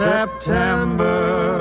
September